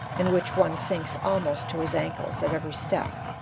in which one sinks almost to his ankles at every step,